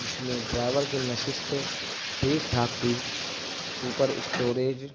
جس میں ڈرائیور کی نشست ٹھیک ٹھاک تھی اوپر اسٹوریج